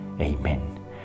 Amen